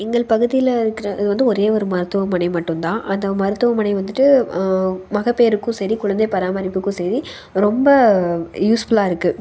எங்கள் பகுதியில் இருக்கிறது வந்து ஒரே ஒரு மருத்துவமனை மட்டும் தான் அந்த மருத்துவமனை வந்துட்டு மகப்பேறுக்கும் சரி குழந்தை பராமரிப்புக்கும் சரி ரொம்ப யூஸ்ஃபுல்லாக இருக்குது